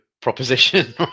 proposition